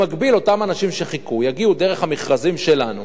במקביל, אותם אנשים שחיכו יגיעו דרך המכרזים שלנו